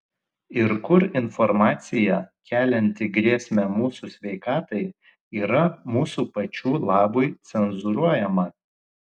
ir kur informacija kelianti grėsmę mūsų sveikatai yra mūsų pačių labui cenzūruojama